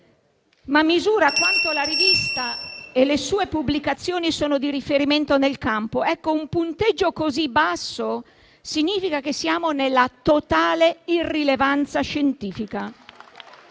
- misura quanto la rivista e le sue pubblicazioni sono di riferimento nel campo. Ecco, un punteggio così basso significa che siamo nella totale irrilevanza scientifica.